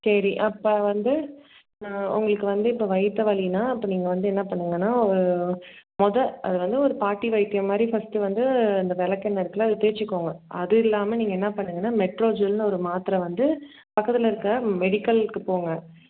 சரி அப்போ வந்து நான் உங்களுக்கு வந்து இப்போ வயித்த வலினால் அப்போ நீங்கள் வந்து என்ன பண்ணுங்கன்னால் ஒரு முத அது வந்து ஒரு பாட்டி வைத்தியம் மாதிரி ஃபஸ்ட்டு வந்து இந்த விளக்கெண்ணெ இருக்குதுல அதை தேய்ச்சிக்கோங்க அது இல்லாமல் நீங்கள் என்ன பண்ணுங்கன்னா மெட்ரோஜெல்னு ஒரு மாத்திரை வந்து பக்கத்தில் இருக்க மெடிக்கல்க்கு போங்க